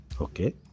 Okay